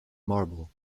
marble